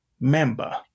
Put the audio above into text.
member